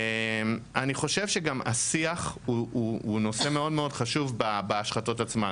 אני חושב שהשיח הוא נושא מאוד חשוב בהשחתות עצמן.